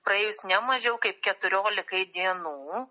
praėjus ne mažiau kaip keturiolikai dienų